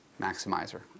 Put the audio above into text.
maximizer